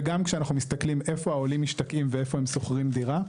וגם כשאנחנו מסתכלים איפה העולים משתקעים ואיפה הם שוכרים דירה,